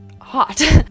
hot